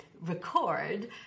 record